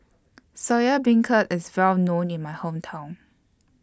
Soya Beancurd IS Well known in My Hometown